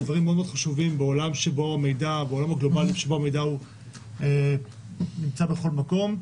אלה דברים מאוד מאוד חשובים בעולם הגלובלי שבו המידע נמצא בכל מקום.